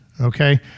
okay